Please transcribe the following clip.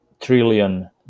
trillion